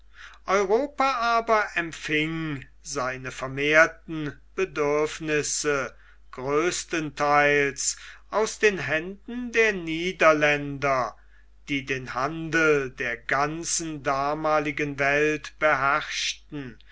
europa aber empfing seine vermehrten bedürfnisse größtenteils aus den händen der niederländer die den handel der ganzen damaligen welt beherrschten